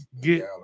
get